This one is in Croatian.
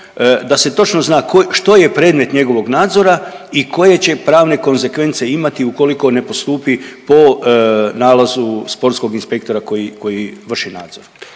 da se točno zna ko, što je predmet njegovog nadzora i koje će pravne konzekvence imati ukoliko ne postupi po nalazu sportskog inspektora koji, koji vrši nadzor.